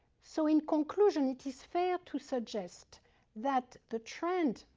so in conclusion, it is fair to suggest that the trend,